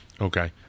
okay